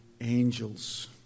angels